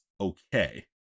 okay